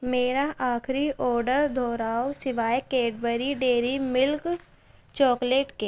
میرا آکھری آڈر دہراؤ سوائے کیڈبری ڈیری میلک چاکلیٹ کے